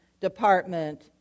department